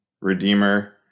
Redeemer